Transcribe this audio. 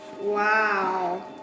Wow